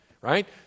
right